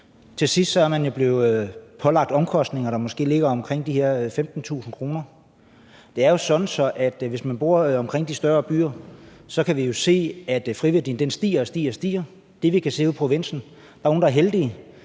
Til sidst er man jo blevet pålagt omkostninger, der måske ligger omkring de her 15.000 kr. Det er jo sådan, at vi kan se, at friværdien, hvis man bor omkring de større byer, stiger og stiger. Det, vi kan se ude i provinsen, er, at der, hvor de er heldige,